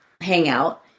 hangout